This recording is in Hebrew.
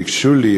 ביקשו ממני,